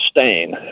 stain